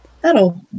that'll